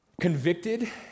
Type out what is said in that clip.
Convicted